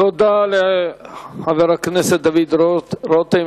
תודה לחבר הכנסת דוד רותם,